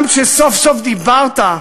גם כשסוף-סוף דיברת,